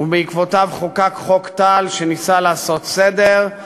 ובעקבותיו חוקק חוק טל שניסה לעשות סדר.